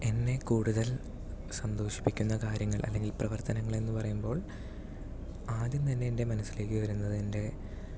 എന്നെ കൂടുതൽ സന്തോഷിപ്പിക്കുന്ന കാര്യങ്ങൾ അല്ലെങ്കിൽ പ്രവർത്തനങ്ങൾ എന്ന് പറയുമ്പോൾ ആദ്യം തന്നെ എൻ്റെ മനസ്സിലേക്ക് വരുന്നത് എൻ്റെ